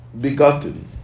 begotten